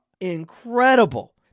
incredible